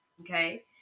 Okay